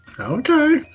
Okay